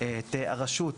את הרשות,